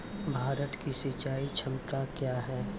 भारत की सिंचाई क्षमता क्या हैं?